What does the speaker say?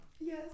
Yes